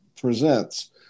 presents